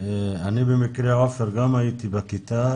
אני במקרה גם הייתי בכיתה,